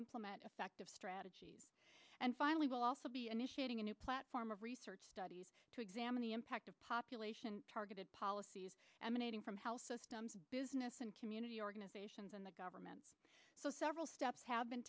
implement effective strategies and finally we'll also be initiating a new platform of research studies to examine the impact of population targeted policies emanating from health systems business and community organizations and the government so so steps have been